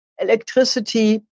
electricity